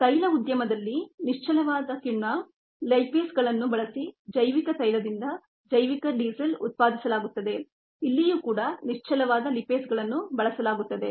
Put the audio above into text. ತೈಲ ಉದ್ಯಮದಲ್ಲಿ ನಿಶ್ಚಲವಾದ ಕಿಣ್ವ ಲಿಪೇಸ್ಗಳನ್ನು ಬಳಸಿ ಜೈವಿಕ ತೈಲದಿಂದ ಜೈವಿಕ ಡೀಸೆಲ್ ಉತ್ತ್ಪಾದಿಸಲಾಗುತ್ತದೆ ಇಲ್ಲಿಯೂ ಕೂಡ ನಿಶ್ಚಲವಾದ ಲಿಪೇಸ್ಗಳನ್ನು ಬಳಸಲಾಗುತ್ತದೆ